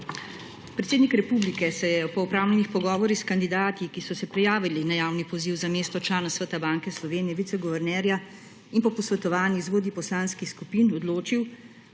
Predsednik republike se je po opravljenih pogovorih s kandidati, ki so se prijavili na javni poziv za mesto člana Sveta Banke Slovenije − viceguvernerja in po posvetovanju z vodji poslanskih skupin odločil,